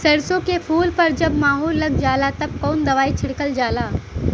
सरसो के फूल पर जब माहो लग जाला तब कवन दवाई छिड़कल जाला?